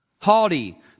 haughty